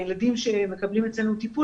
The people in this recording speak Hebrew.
אדם אחד עם הילד שלו,